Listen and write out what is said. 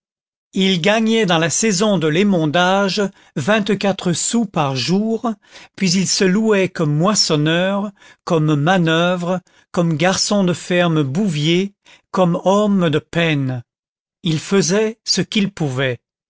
il gagnait dans la saison de l'émondage vingt-quatre sous par jour puis il se louait comme moissonneur comme manoeuvre comme garçon de ferme bouvier comme homme de peine il faisait ce qu'il pouvait